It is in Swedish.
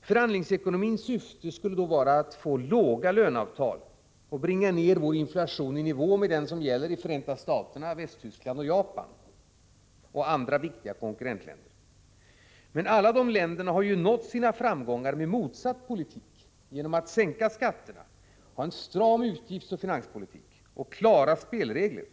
Förhandlingsekonomins syfte skulle vara att få låga löneavtal och bringa ned vår inflation i nivå med den som gäller i Förenta Staterna, Västtyskland, Japan och andra viktiga konkurrentländer. Men alla de länderna har nått sina framgångar med motsatt politik, genom att sänka skatterna, ha en stram utgiftsoch finanspolitik och klara spelregler.